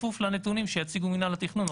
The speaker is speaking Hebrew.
בכפוף לנתונים שיציגו מינהל התכנון.